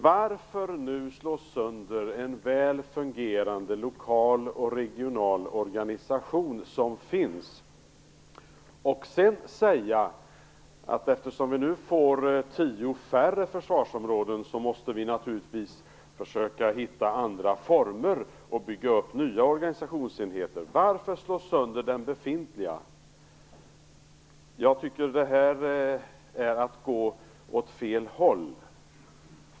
Varför nu slå sönder den väl fungerande lokala och regionala organisation som finns, och sedan säga att vi, eftersom vi får tio försvarsområden mindre, måste försöka hitta andra former och bygga upp nya organisationsenheter? Varför slå sönder den befintliga? Det är att gå åt fel håll.